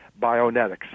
Bionetics